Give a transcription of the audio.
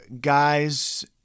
guys